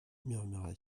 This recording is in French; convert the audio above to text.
murmura